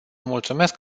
mulțumesc